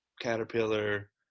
Caterpillar